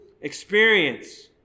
experience